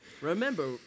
remember